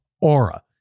Aura